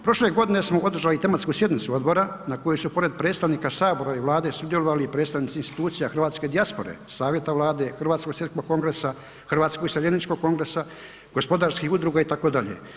Prošle godine smo održali tematsku sjednicu odbora na kojoj su pored predstavnika sabora i vlade sudjelovali i predstavnici institucija hrvatske dijaspore, savjeta Vlade, Hrvatskog svjetskog kongresa, Hrvatskog iseljeničkog kongresa, gospodarskih udruga itd.